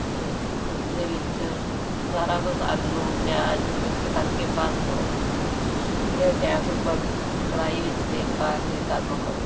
ਅਤੇ ਉਸ ਦੇ ਵਿੱਚ ਸਾਰਾ ਕੁਝ ਆਲੂ ਪਿਆਜ ਮਿਕਸ ਕਰਕੇ ਭਰ ਦਿਓ ਫਿਰ ਗੈਸ ਉੱਪਰ ਕੜਾਹੀ ਵਿੱਚ ਤੇਲ ਪਾ ਕੇ ਗਰਮ ਕਰੋ